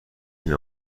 این